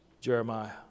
jeremiah